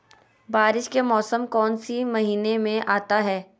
बारिस के मौसम कौन सी महीने में आता है?